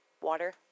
water